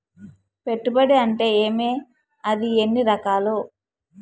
పెట్టుబడి అంటే ఏమి అది ఎన్ని రకాలు